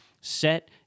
set